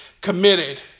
committed